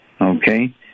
okay